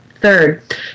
third